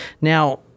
Now